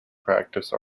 practice